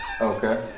Okay